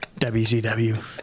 WCW